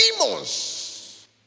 demons